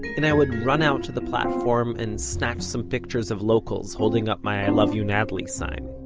and i would run out to the platform, and snatch some pictures of locals holding up my i love you natalie sign.